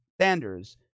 Sanders